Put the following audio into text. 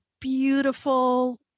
beautiful